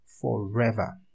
forever